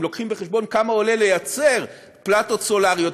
אם לוקחים בחשבון כמה עולה לייצר פלטות סולריות,